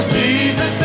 jesus